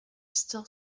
still